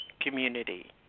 community